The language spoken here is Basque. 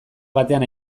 batean